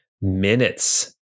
minutes